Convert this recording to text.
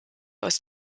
aus